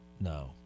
No